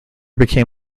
became